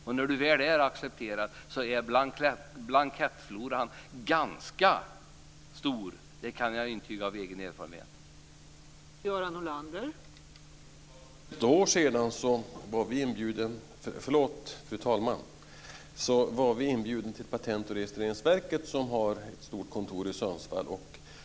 Och när man väl är accepterad är blankettfloran ganska stor. Det kan jag av egen erfarenhet intyga.